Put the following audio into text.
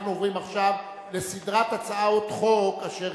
אנחנו עוברים עכשיו לסדרת הצעות חוק אשר